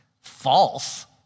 false